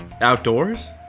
Outdoors